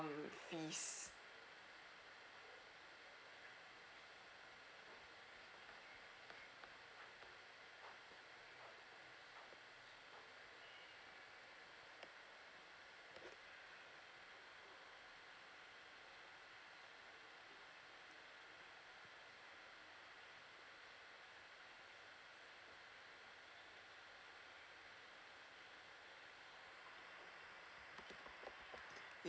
fees